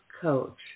Coach